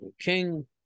King